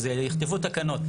שזה, יכתבו תקנות.